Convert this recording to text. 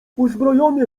uzbrojony